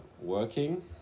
working